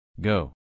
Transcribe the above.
Go